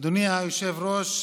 אדוני היושב-ראש.